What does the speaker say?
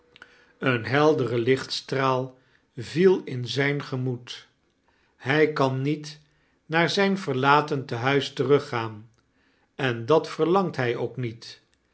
een heldere lichtstraal viel in zijn gemoed hij kan niet naar zrjn verlaten tenuis teruggaan en dat verlangt hij ook niet